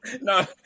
No